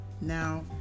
Now